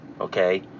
okay